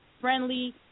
friendly